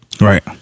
Right